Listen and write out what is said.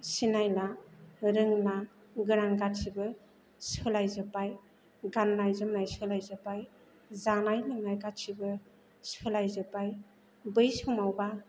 सिनायला रोंला गोनां गासिबो सोलायजोबबाय गान्नाय जोमनाय सोलायजोबबाय जानाय लोंनाय गासिबो सोलाय जोबबाय बै समावबा